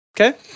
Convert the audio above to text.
Okay